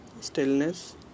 Stillness